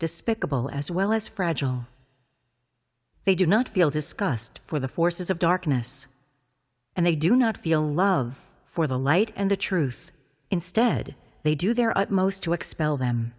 despicable as well as fragile they do not feel disgust for the forces of darkness and they do not feel love for the light and the truth instead they do their utmost to expel them